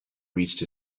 reached